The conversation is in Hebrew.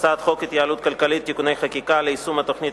ההתייעלות הכלכלית (תיקוני חקיקה ליישום התוכנית